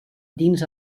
dins